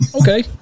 okay